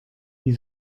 die